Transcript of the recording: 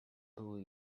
były